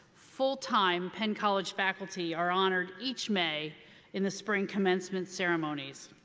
full time penn college faculty are honored each may in the spring commencement ceremonies.